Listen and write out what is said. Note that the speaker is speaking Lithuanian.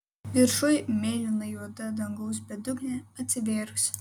viršuj mėlynai juoda dangaus bedugnė atsivėrusi